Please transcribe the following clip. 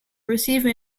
receive